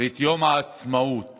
חוזרים אליו אחרי כמה דקות ואומרים